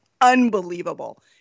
unbelievable